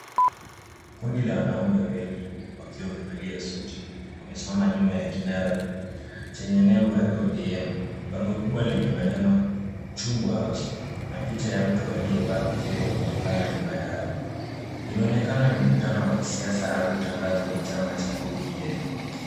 Kundi la wanaume wengi wakiwa wamevalia suti wamesimama nyuma ya kinara chenye nembo ya ODM. Bango kubwa lenye maneno Chungwa House na picha ya mtu aliyevaa kofia linaonekana nyuma yao. Inaonekana ni mkutano wa kisiasa au tangazo la chama cha ODM.